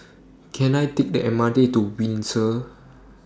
Can I Take The M R T to Windsor